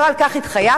לא על כך התחייבתי,